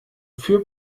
für